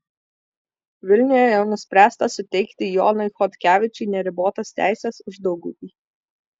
vilniuje jau nuspręsta suteikti jonui chodkevičiui neribotas teises uždauguvy